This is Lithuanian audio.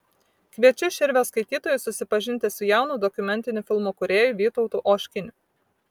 kviečiu širvio skaitytojus susipažinti su jaunu dokumentinių filmų kūrėju vytautu oškiniu